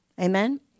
Amen